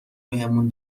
بهمون